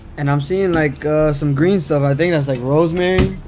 and i'm seeing like some green stuff i think that's like rosemary,